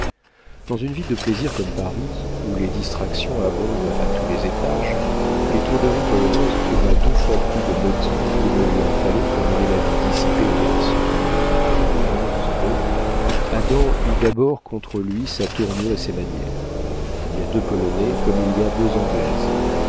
dans une ville de plaisir comme paris où les distractions abondent à tous les étages l'étourderie polonaise trouva deux fois plus de motifs qu'il ne lui en fallait pour mener la vie dissipée des garçons enfin disons-le adam eut d'abord contre lui sa tournure et ses manières il y a deux polonais comme il y a deux anglaises